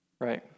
Right